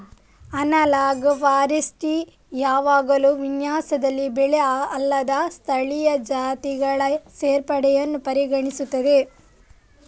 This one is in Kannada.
ಅನಲಾಗ್ ಫಾರೆಸ್ಟ್ರಿ ಯಾವಾಗಲೂ ವಿನ್ಯಾಸದಲ್ಲಿ ಬೆಳೆ ಅಲ್ಲದ ಸ್ಥಳೀಯ ಜಾತಿಗಳ ಸೇರ್ಪಡೆಯನ್ನು ಪರಿಗಣಿಸುತ್ತದೆ